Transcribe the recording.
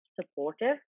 supportive